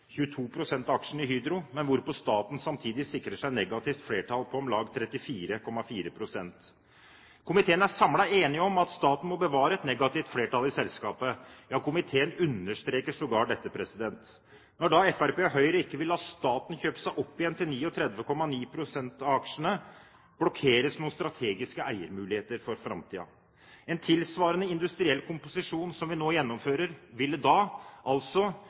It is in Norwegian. av aksjene i Hydro, men hvorpå staten samtidig sikrer seg negativt flertall på om lag 34,4 pst. Komiteen er samlet enig om at staten må bevare et negativt flertall i selskapet, ja komiteen understreker sågar dette. Når da Fremskrittspartiet og Høyre ikke vil la staten kjøpe seg opp igjen til 39,9 pst. av aksjene, blokkeres noen strategiske eiermuligheter for framtiden. En tilsvarende industriell komposisjon som vi nå gjennomfører, ville da altså